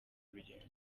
urugendo